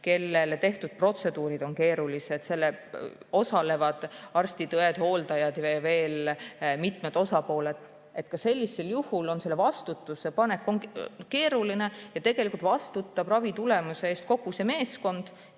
kellele tehtud protseduurid on keerulised, osalevad arstid, õed, hooldajad ja veel mitmed osapooled – ka sellisel juhul on vastutuse panek keeruline, tegelikult vastutab ravitulemuse eest kogu meeskond